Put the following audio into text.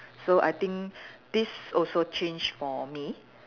so I think this also change for me